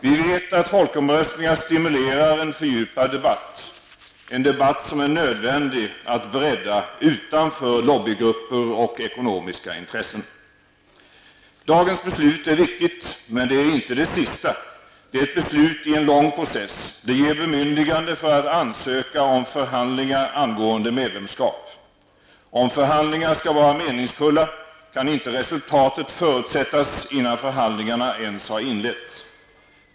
Vi vet att folkomröstningar stimulerar en fördjupad debatt, en debatt som är nödvändig att bredda utanför lobbygrupper och ekonomiska intressen. Dagens beslut är viktigt, men det är inte det sista. Det är ett beslut i en lång process. Det ger bemyndigande för att ansöka om förhandlingar angående medlemskap. Om förhandlingar skall vara meningfulla, kan inte resultatet förutsättas innan förhandlingarna ens har inletts.